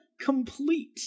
complete